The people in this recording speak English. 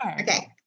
okay